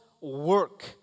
work